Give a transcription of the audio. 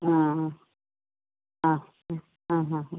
ആ ആ ആ ആ ആ ആ